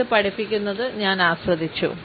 ഇത് പഠിപ്പിക്കുന്നത് ഞാൻ ആസ്വദിച്ചു